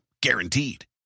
guaranteed